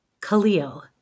Khalil